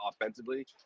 offensively